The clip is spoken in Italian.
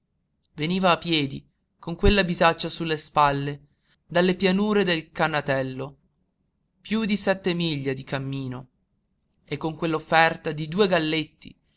veniva a piedi con quella bisaccia sulle spalle dalle pianure del cannatello piú di sette miglia di cammino e con quell'offerta di due galletti